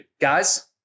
guys